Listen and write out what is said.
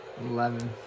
eleven